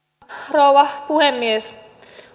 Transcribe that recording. rouva puhemies